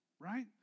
right